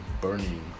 burning